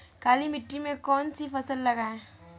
काली मिट्टी में कौन सी फसल लगाएँ?